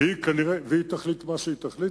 והיא תחליט מה שהיא תחליט.